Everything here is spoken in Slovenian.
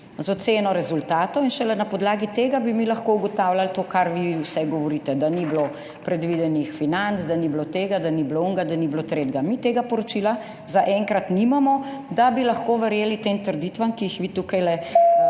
z oceno rezultatov in šele na podlagi tega bi mi lahko ugotavljali vse to, kar vi govorite, da ni bilo predvidenih financ, da ni bilo tega, da ni bilo onega, da ni bilo tretjega. Mi tega poročila zaenkrat nimamo, da bi lahko verjeli tem trditvam, ki ste